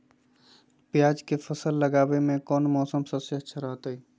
प्याज के फसल लगावे में कौन मौसम सबसे अच्छा रहतय?